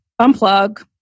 unplug